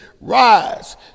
Rise